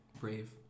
brave